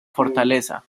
fortaleza